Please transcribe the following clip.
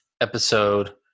episode